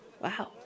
Wow